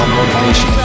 motivation